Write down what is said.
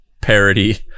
parody